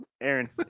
Aaron